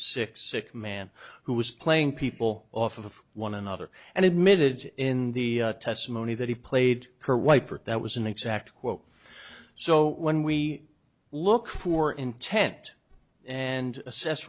sick sick man who was playing people off of one another and admitted in the testimony that he played her wiper that was an exact quote so when we look for intent and assess